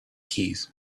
keys